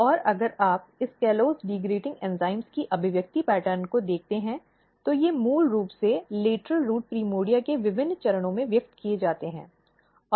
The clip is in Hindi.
और अगर आप इस कॉलोस डिग्रेडिंग एंजाइम की अभिव्यक्ति पैटर्न को देखते हैं तो वे मूल रूप से लेटरल रूट प्राइमर्डिया के विभिन्न चरणों में व्यक्त किए जाते हैं